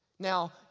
Now